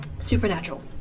Supernatural